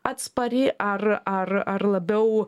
atspari ar ar ar labiau